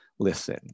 listen